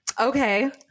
Okay